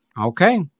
Okay